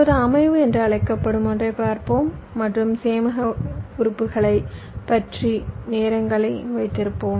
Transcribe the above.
இப்போது அமைவு என்று அழைக்கப்படும் ஒன்றைப் பார்ப்போம் மற்றும் சேமிப்பக உறுப்புகளைப் பற்றிய நேரங்களை வைத்திருப்போம்